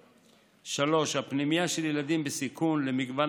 3. הפנימייה של ילדים בסיכון למגוון